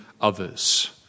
others